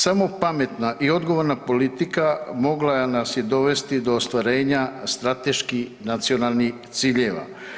Samo pametna i odgovorna politika mogla nas je dovesti do ostvarenja strateških nacionalnih ciljeva.